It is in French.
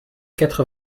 quatre